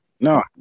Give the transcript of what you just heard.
No